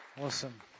Awesome